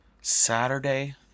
saturday